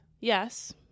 Yes